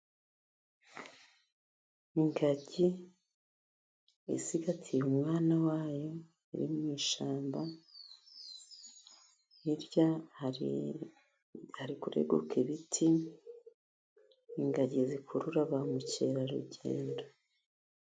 Ingagi isigatiye umwana wayo, iri mu ishyamba, hirya hari kureguka ibiti, ingagi zikurura ba mukerarugendo.